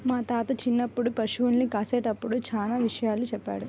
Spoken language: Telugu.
మా తాత చిన్నప్పుడు పశుల్ని కాసేటప్పుడు చానా విషయాలు చెప్పాడు